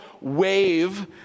wave